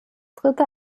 dritte